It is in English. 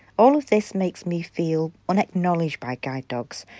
all of this makes me feel unacknowledged by guide dogs,